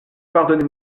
pardonnez